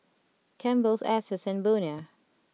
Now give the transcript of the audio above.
Campbell's Asus and Bonia